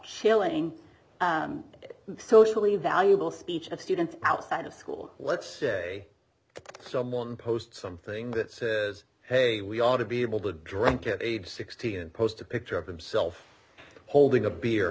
chilling socially valuable speech of students outside of school let's say someone post something that says hey we ought to be able to drink at age sixty and post a picture of himself holding a beer